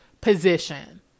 position